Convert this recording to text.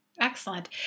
Excellent